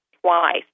twice